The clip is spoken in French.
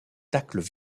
tacles